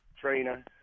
Trainer